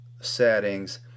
settings